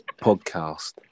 podcast